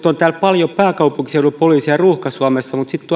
on paljon pääkaupunkiseudulla ruuhka suomessa mutta sitten